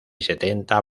setenta